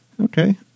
Okay